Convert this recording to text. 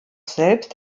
selbst